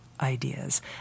ideas